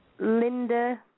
Linda